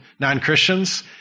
non-Christians